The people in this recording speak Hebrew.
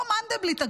אותו מנדלבליט,